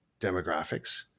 demographics